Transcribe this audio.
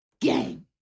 Gang